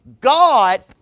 God